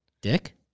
Dick